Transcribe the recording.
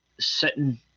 sitting